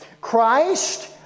Christ